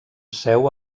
seu